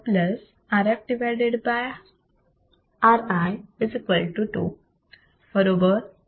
1 Rf Ri 2 बरोबर